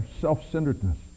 self-centeredness